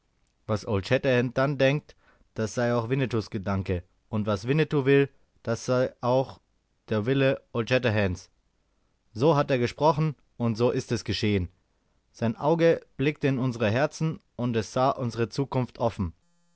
was old shatterhand dann denkt das sei auch winnetous gedanke und was winnetou will das sei auch der wille old shatterhands so hat er gesprochen und so ist es geschehen sein auge blickte in unsere herzen und es sah unsere zukunft offen